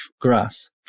grass